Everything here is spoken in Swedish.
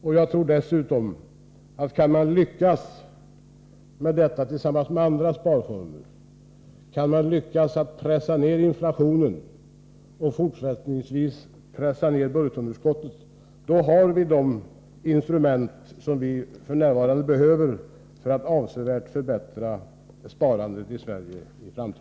Lyckas vi genom allemanssparandet, och andra sparformer, dessutom pressa ned inflationen och fortsättningsvis minska budgetunderskotten, har vi de instrument som behövs för att i framtiden avsevärt förbättra sparandet i Sverige.